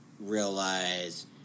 realize